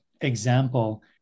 example